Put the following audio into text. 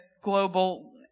global